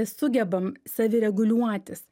sugebam savireguliuotis